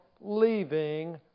leaving